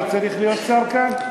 לא צריך להיות שר כאן?